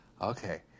okay